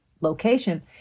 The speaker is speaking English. location